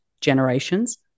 generations